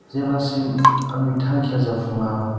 जेब्लासिम आंनि थांखिया जाफुङा